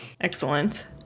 excellent